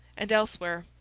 and elsewhere.